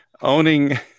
owning